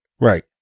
Right